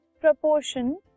proportion